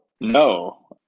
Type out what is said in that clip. No